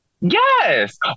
Yes